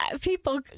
People